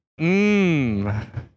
Mmm